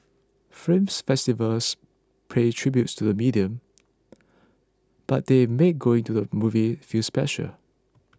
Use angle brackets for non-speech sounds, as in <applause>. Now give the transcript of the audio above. film festivals pay tribute to the medium <noise> but they make going to the movies feel special